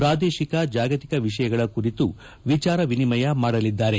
ಪ್ರಾದೇಶಿಕ ಜಾಗತಿಕ ವಿಷಯಗಳ ಕುರಿತು ವಿಚಾರ ವಿನಿಮಯ ಮಾಡಲಿದ್ದಾರೆ